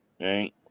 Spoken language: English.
right